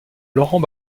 laurent